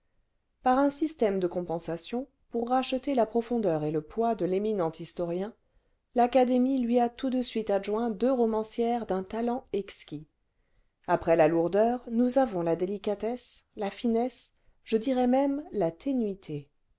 par un système de compensation pour racheter la profondeur et le poids de l'éminent historien l'académie lui atout de suite adjoint deux romancières d'un talent exquis après la lourdeur nous avons la délicatesse la finesse je dirai même la ténuité